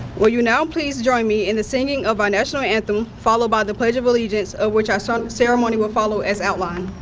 will you now please join me in the singing of our national anthem, followed by the pledge of allegiance of which our so um ceremony will follow as outlined.